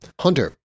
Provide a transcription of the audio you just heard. Hunter